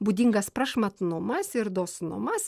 būdingas prašmatnumas ir dosnumas